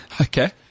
Okay